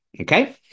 okay